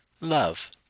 Love